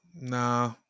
nah